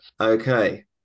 Okay